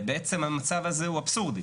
בעצם המצב הזה הוא אבסורדי,